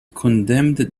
condemned